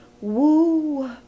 woo